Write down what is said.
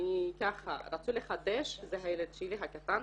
רצו לחדש, זה הילד שלי הקטן,